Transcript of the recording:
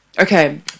Okay